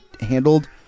handled